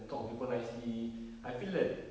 talk to people nicely I feel that